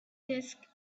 disk